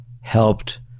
helped